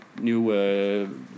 new